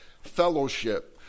fellowship